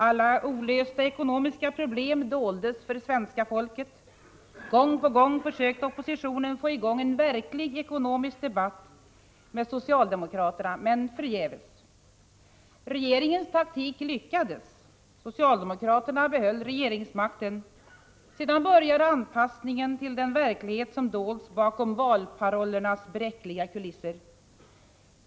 Alla olösta ekonomiska problem doldes för svenska folket. Gång på gång försökte oppositionen få i gång en verklig ekonomisk debatt med socialdemokraterna, men förgäves. Regeringens taktik lyckades. Socialdemokraterna behöll regeringsmakten. Sedan började anpassningen till den verklighet som dolts bakom valparollernas bräckliga kulisser.